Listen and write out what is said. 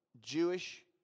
Jewish